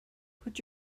put